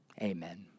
Amen